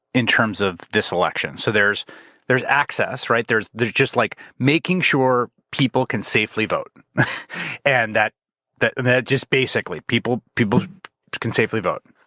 in terms of this election. so there's there's access, right? there's there's just like making sure people can safely vote and that that and just basically people people can safely vote.